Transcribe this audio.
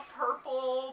purple